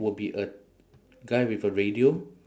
will be a guy with a radio